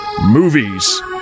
Movies